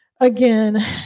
Again